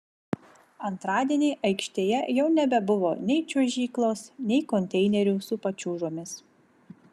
antradienį aikštėje jau nebebuvo nei čiuožyklos nei konteinerių su pačiūžomis